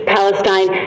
Palestine